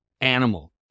animal